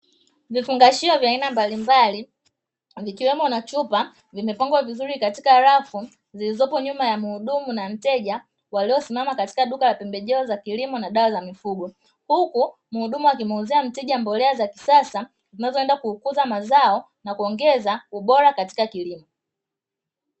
Vifungashio vya aina mbalimbali zikiwemo na chupa vimepangwa vizuri katika rafu zilizopo nyuma ya muhudumu na mteja waliosimama katika duka la pembejeo za kilimo na dawa za mifugo, huku muhudumu akimuuzia mteja mbolea za kisasa zinazoenda kukuza mazao na kuongeza ubora katika kilimo.